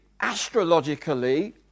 astrologically